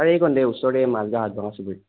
sir এইকণতে ওচৰতে মাজগাঁও আঠগাঁও চুবুৰীত